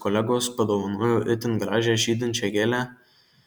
kolegos padovanojo itin gražią žydinčią gėlę